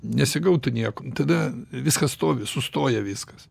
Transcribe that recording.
nesigautų nieko nu tada viskas stovi sustoja viskas